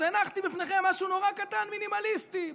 אז הנחתי בפניכם משהו נורא קטן ומינימליסטי,